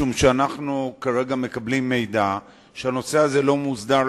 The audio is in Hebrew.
משום שאנחנו כרגע מקבלים מידע שהנושא הזה לא מוסדר,